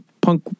punk